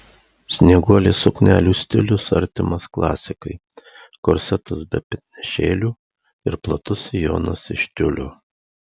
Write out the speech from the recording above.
snieguolės suknelių stilius artimas klasikai korsetas be petnešėlių ir platus sijonas iš tiulio